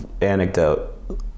anecdote